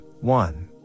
one